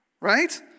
right